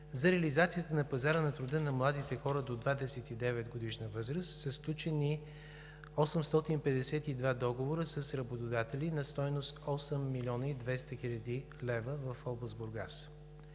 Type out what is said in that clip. за реализацията на пазара на труда на младите хора до 29-годишна възраст, са сключени 852 договора с работодатели на стойност 8 млн. 200 хил. лв. в област Бургас.